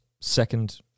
second